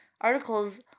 articles